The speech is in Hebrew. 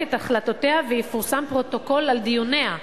את החלטותיה ויפורסם פרוטוקול של דיוניה.